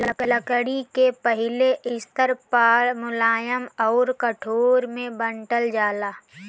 लकड़ी के पहिले स्तर पअ मुलायम अउर कठोर में बांटल जाला